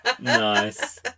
nice